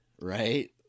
right